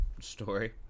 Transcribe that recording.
story